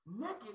naked